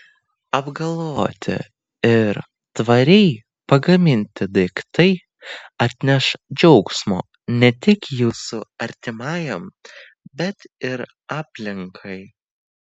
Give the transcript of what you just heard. apgalvoti ir tvariai pagaminti daiktai atneš džiaugsmo ne tik jūsų artimajam bet ir aplinkai